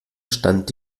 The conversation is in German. stand